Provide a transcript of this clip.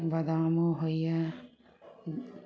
बदामो होइए